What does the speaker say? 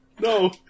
No